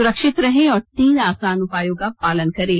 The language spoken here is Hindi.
सुरक्षित रहें और तीन आसान उपायों का पालन करें